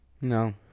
No